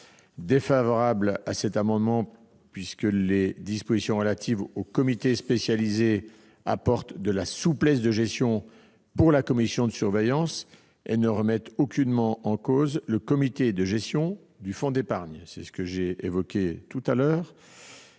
défavorable à l'amendement n° 627, puisque les dispositions relatives aux comités spécialisés apportent de la souplesse de gestion pour la commission de surveillance et ne remettent aucunement en cause le comité de gestion du fonds d'épargne. C'est ce que j'ai évoqué précédemment.